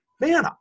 man